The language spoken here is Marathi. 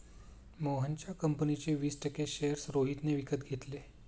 मोहनच्या कंपनीचे वीस टक्के शेअर्स रोहितने विकत घेतले